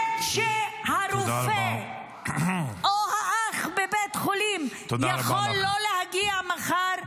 שהרופא או האח בבית החולים יכול לא להגיע מחר?